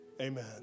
Amen